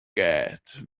cat